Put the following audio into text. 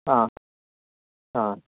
ആ ആ